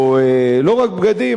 ולא רק בגדים,